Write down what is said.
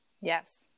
Yes